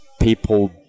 people